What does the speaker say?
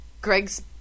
Greg's